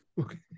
Okay